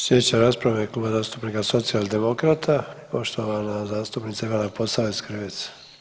Sljedeća rasprava je Kluba zastupnika Socijaldemokrata, poštovana zastupnica Ivana Posavec Krivec.